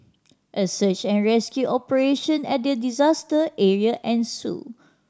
a search and rescue operation at the disaster area ensued